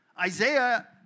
Isaiah